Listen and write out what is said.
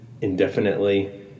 indefinitely